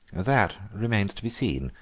that remains to be seen,